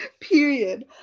Period